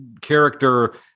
character